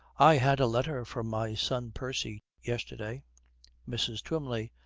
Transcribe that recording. i had a letter from my son, percy, yesterday mrs. twymley.